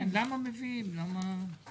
כן, למה זה